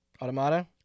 Automata